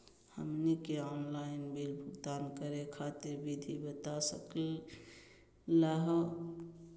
हमनी के online bill भुगतान करे खातीर विधि बता सकलघ हो?